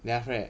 then after that